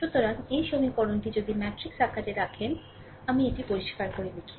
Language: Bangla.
সুতরাং এই সমীকরণটি যদি ম্যাট্রিক্স আকারে রাখেন আমি এটি পরিষ্কার করে লিখি